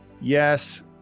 Yes